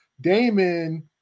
Damon